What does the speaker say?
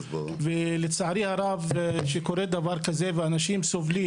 לצערי הרב כשקורה דבר כזה ואנשים סובלים